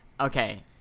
okay